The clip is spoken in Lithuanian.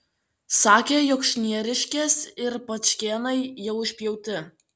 sakė jog šnieriškės ir pačkėnai jau išpjauti